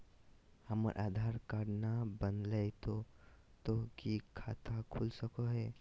हमर आधार कार्ड न बनलै तो तो की खाता खुल सको है?